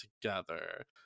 together